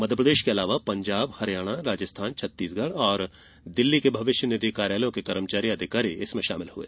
मध्यप्रदेश के अलावा पंजाब हरियाणा राजस्थान छत्तीसगढ़ और दिल्ली के भविष्य निधि कार्यालयों के कर्मचारी अधिकारी इसमें शामिल हुए